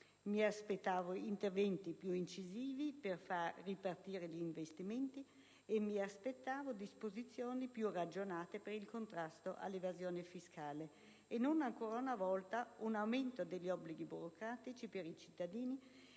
Mi aspettavo interventi più incisivi per far ripartire gli investimenti e disposizioni più ragionate per il contrasto all'evasione fiscale e non, ancora una volta, un aumento degli obblighi burocratici per i cittadini